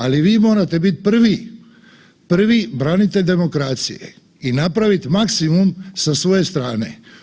Ali vi morate biti prvi, prvi branitelj demokracije i napraviti maksimum sa svoje strane.